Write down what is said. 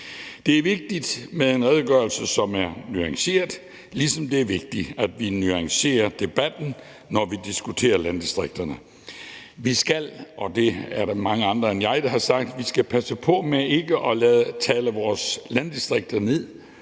Det er vigtigt med en redegørelse, som er nuanceret, ligesom det er vigtigt, at vi nuancerer debatten, når vi diskuterer landdistrikterne. Vi skal, og det er der mange andre end mig der har sagt, passe på ikke at tale vores landdistrikter ned.